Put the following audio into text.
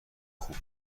خوب